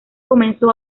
comenzó